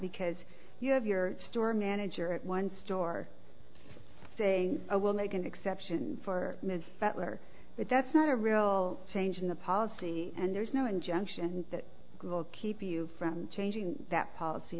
because you have your store manager at one store say i will make an exception for ms butler but that's not a real change in the policy and there's no injunction that will keep you from changing that policy